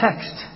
text